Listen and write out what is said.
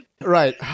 Right